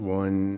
one